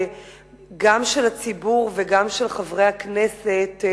גם של הציבור וגם של חברי הכנסת,